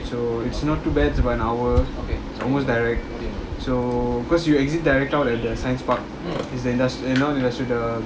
so it's not too bad it's about an hour it's almost direct so because you exit direct I'll at the science park it's a indus~ err non-indutrial the